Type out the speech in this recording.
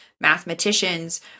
mathematicians